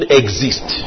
exist